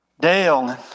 Dale